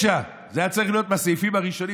9. זה היה צריך להיות מהסעיפים הראשונים,